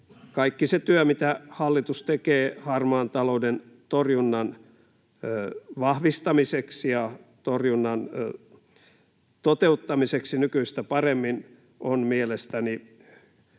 kaikki se työ, mitä hallitus tekee harmaan talouden torjunnan vahvistamiseksi ja torjunnan toteuttamiseksi nykyistä paremmin, on mielestäni